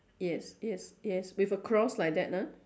yes yes yes with a cross like that ah